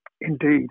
indeed